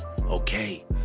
Okay